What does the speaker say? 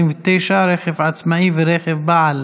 129) (רכב עצמאי ורכב בעל